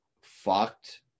fucked